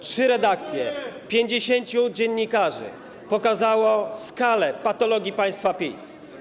Trzy redakcje, 50 dziennikarzy pokazało skalę patologii państwa PiS.